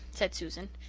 said susan.